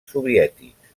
soviètics